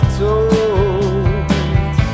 told